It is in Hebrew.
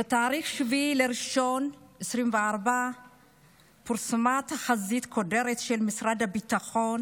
בתאריך 7 בינואר 2024 פורסמה תחזית קודרת של משרד הביטחון